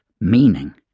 meaning